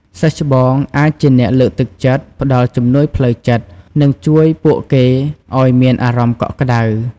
សិស្សច្បងអាចជាអ្នក លើកទឹកចិត្ត ផ្តល់ជំនួយផ្លូវចិត្ត និងជួយពួកគេឲ្យមានអារម្មណ៍កក់ក្តៅ។